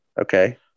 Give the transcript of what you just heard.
Okay